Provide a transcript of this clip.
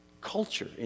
culture